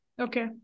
okay